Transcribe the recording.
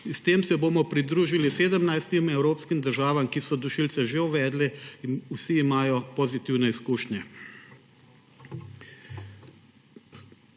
S tem se bomo pridružili 17 evropskim državam, ki so dušilce že uvedle, in vsi imajo pozitivne izkušnje.